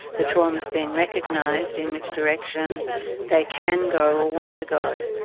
the trauma has been recognised, in which direction they can go or want to go.